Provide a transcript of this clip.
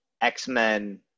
X-Men